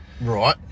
right